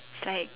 it's like